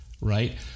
right